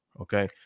Okay